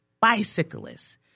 bicyclists